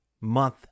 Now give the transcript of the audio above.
month